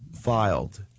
filed